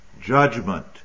judgment